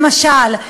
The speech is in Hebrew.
למשל,